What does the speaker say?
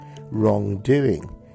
wrongdoing